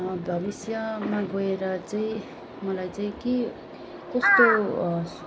भविष्यमा गएर चाहिँ मलाई चाहिँ के कस्तो सु